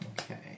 Okay